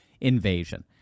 invasion